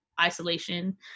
isolation